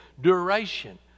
duration